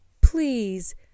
please